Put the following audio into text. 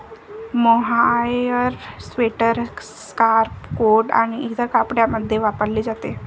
mohair sweater, scarf, coat आणि इतर कपड्यांमध्ये वापरले जाते